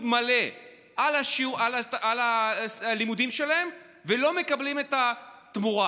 מלא על הלימודים שלהם ולא מקבלים את התמורה.